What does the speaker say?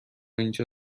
اینجا